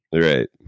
Right